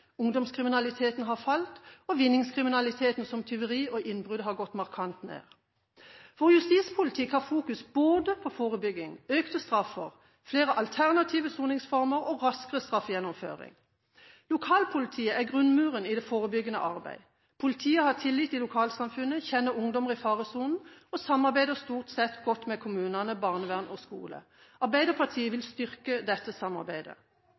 ungdomskriminaliteten har falt, og vinningskriminalitet som f.eks. tyveri og innbrudd, har gått markant ned. Vår justispolitikk fokuserer på både forebygging, økte straffer, flere alternative soningsformer og raskere straffegjennomføring. Lokalpolitiet er grunnmuren i det forebyggende arbeidet. Politiet har tillit i lokalsamfunnet, kjenner ungdommer i faresonen og samarbeider stort sett godt med kommune, barnevern og skole. Arbeiderpartiet vil styrke dette samarbeidet.